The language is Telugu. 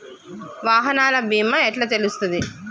వాహనాల బీమా ఎట్ల తెలుస్తది?